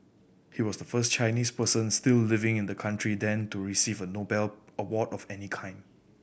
he was the first Chinese person still living in the country then to receive a Nobel award of any kind